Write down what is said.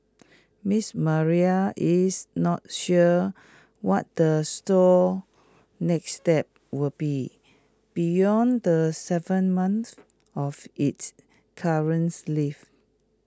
miss Maria is not sure what the store's next step will be beyond the Seven months of its currents leaf